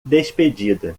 despedida